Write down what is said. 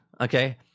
Okay